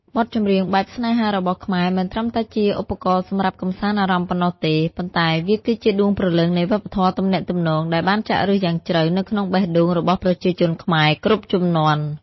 បទចម្រៀងបែបស្នេហារបស់ខ្មែរ មិនត្រឹមតែជាឧបករណ៍សម្រាប់កម្សាន្តអារម្មណ៍ប៉ុណ្ណោះទេ ប៉ុន្តែវាគឺជាដួងព្រលឹងនៃវប្បធម៌ទំនាក់ទំនង ដែលបានចាក់ឫសយ៉ាងជ្រៅនៅក្នុងបេះដូងរបស់ប្រជាជនខ្មែរគ្រប់ជំនាន់។